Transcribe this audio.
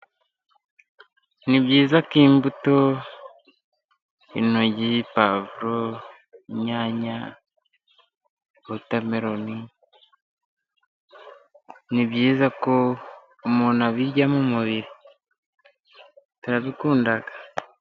Ni byiza ko imbuto intoryi, pavuro, inyanya, wotameroni ni byiza ko umuntu abirya mu mubiri turabikunda.